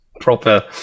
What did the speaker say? Proper